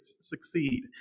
succeed